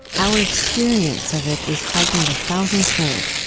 our experience of it is heightened a thousandfold.